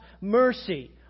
mercy